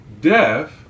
death